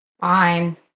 Fine